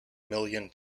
million